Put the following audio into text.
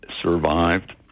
survived